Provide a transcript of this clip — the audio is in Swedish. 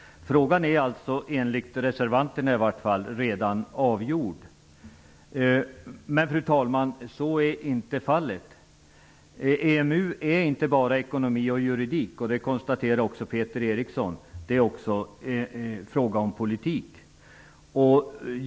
Frågan är enligt reservanterna redan avgjord, men så är, fru talman, inte fallet. EMU är inte bara en fråga om ekonomi och juridik utan, som också Peter Eriksson konstaterat, också en fråga om politik.